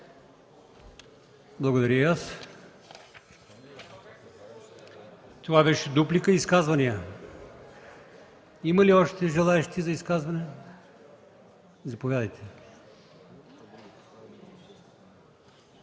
благодаря. Това беше дуплика. Има ли още желаещи за изказване? Заповядайте.